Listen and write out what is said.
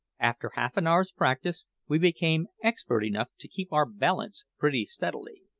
after half-an-hour's practice, we became expert enough to keep our balance pretty steadily.